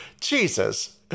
Jesus